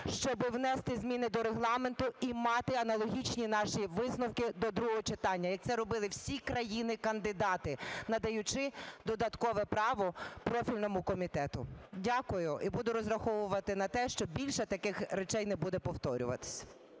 щоби внести зміни до Регламенту і мати аналогічні наші висновки до другого читання, як це робили всі країни-кандидати, надаючи додаткове право профільному комітету. Дякую. І буду розраховувати на те, що більше таких речей не буде повторюватись.